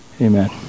amen